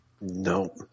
Nope